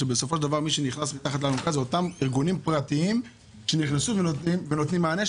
שבסופו של דבר מי שנכנס מתחת לאלונקה זה ארגונים פרטיים שנותנים מענה,